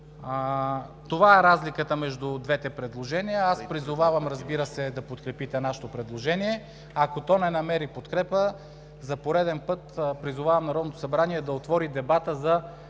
Това е разликата между двете предложения. Аз призовавам, разбира се, да подкрепите нашето предложение. Ако то не намери подкрепа, за пореден път призовавам Народното събрание да отвори дебата за